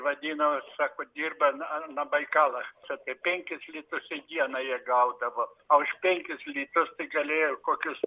vadino sako dirbam na baikalas čia taip penkis litus į dieną jie gaudavo o už penkis litus tai galėjai ir kokius